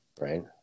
right